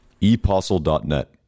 Epostle.net